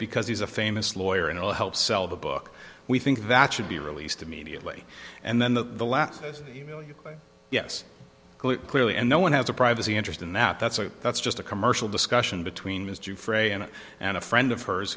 because he's a famous lawyer and will help sell the book we think that should be released immediately and then the last yes clearly and no one has a privacy interest in that that's oh that's just a commercial discussion between mr frey and and a friend of hers